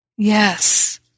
Yes